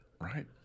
Right